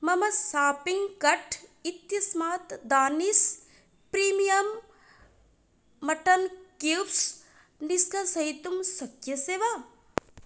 मम shopping cart इत्यस्मात् Danish premium mutton cubes निष्कासयितुं शक्यसे वा